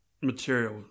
material